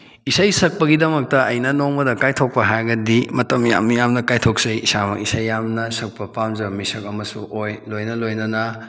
ꯏꯁꯩ ꯁꯛꯄꯒꯤꯗꯃꯛꯇ ꯑꯩꯅ ꯅꯣꯡꯃꯗ ꯀꯥꯏꯊꯣꯛꯄ ꯍꯥꯏꯔꯒꯗꯤ ꯃꯇꯝ ꯌꯥꯝ ꯌꯥꯝꯅ ꯀꯥꯏꯊꯣꯛꯆꯩ ꯏꯁꯥꯃꯛ ꯏꯁꯩ ꯌꯥꯝꯅ ꯁꯛꯄ ꯄꯥꯝꯖꯕ ꯃꯤꯁꯛ ꯑꯃꯁꯨ ꯑꯣꯏ ꯂꯣꯏꯅ ꯂꯣꯏꯅꯅ